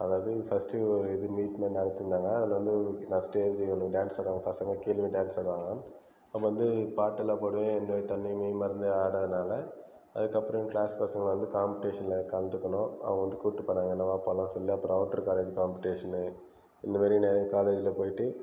அதாவது ஃபஸ்ட்டு ஒரு இதுமாரி சும்மா நடத்துருந்தாங்க அதில் வந்து ஃபஸ்ட்டு வந்து ஒரு டான்ஸராக பசங்கள் கீழேயும் டான்ஸ் ஆடுவாங்கள் அப்போது வந்து பாட்டுலாம் போடவே இந்த தன்னையும் மெய்மறந்து ஆடுறதுனால் அதுக்கப்புறம் எங்கள் கிளாஸ் பசங்களான வந்து காம்படீஷனில் கலந்துக்கணும் அவங்க வந்து கூப்பிட்டு போனாங்கள் என்ன வா பண்ணலாம் சொல்லி அப்புறம் அவுட்டர் காலேஜ் காம்படீஷனு இந்தமாரி நிறையா காலேஜில் போயிட்டு